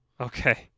Okay